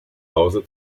hause